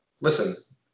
listen